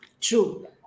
true